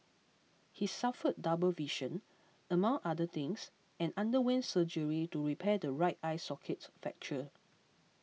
he suffered double vision among other things and underwent surgery to repair the right eye socket fracture